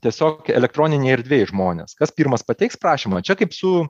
tiesiog elektroninėj erdvėj žmonės kas pirmas pateiks prašymą čia kaip su